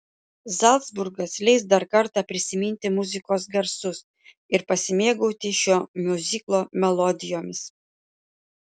zalcburgas leis dar kartą prisiminti muzikos garsus ir pasimėgauti šio miuziklo melodijomis